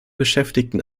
beschäftigten